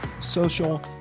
social